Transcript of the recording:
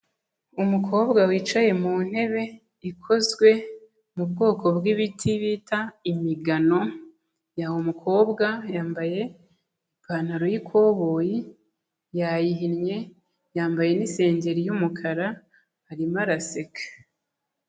Umukobwa wicaye mu ntebe ikozwe mu bwoko bw'ibiti bita imigano, ya umukobwa yambaye ipantaro y'ikoboyi yayihinnye, yambaye n'isengeri y'umukara, arimo araseka.